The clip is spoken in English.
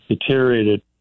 deteriorated